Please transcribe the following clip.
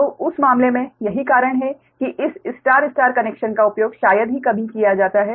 तो उस मामले में यही कारण है कि इस स्टार स्टार कनेक्शन का उपयोग शायद ही कभी किया जाता है